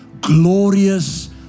glorious